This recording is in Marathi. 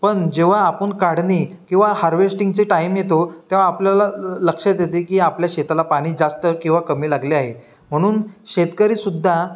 पण जेव्हा आपण काढणी किंवा हार्वेस्टिंगचे टाईम येतो तेव्हा आपल्याला लक्षात येते की आपल्या शेताला पाणी जास्त किंवा कमी लागले आहे म्हणून शेतकरीसुद्धा